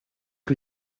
que